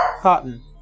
Cotton